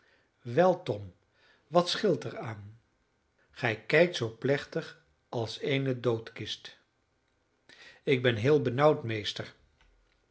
tom wat scheelt er aan gij kijkt zoo plechtig als eene doodkist ik ben heel benauwd meester